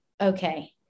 okay